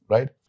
Right